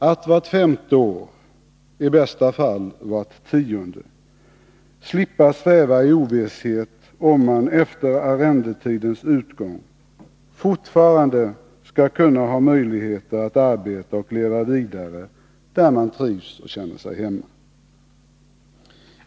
Att vart femte år, i bästa fall vart tionde år, slippa sväva i ovisshet om man, efter arrendetidens utgång, fortfarande skall kunna ha möjligheter att arbeta och leva vidare där man trivs och känner sig hemma.